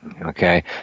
Okay